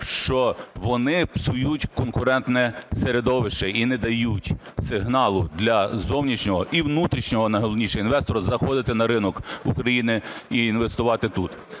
що вони псують конкурентне середовище і не дають сигналу для зовнішнього, і внутрішнього, найголовніше, інвестора заходити на ринок України і інвестувати тут.